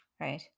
right